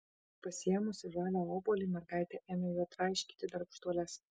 pasiėmusi žalią obuolį mergaitė ėmė juo traiškyti darbštuoles